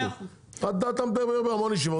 אתה מדבר בהמון ישיבות,